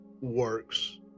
works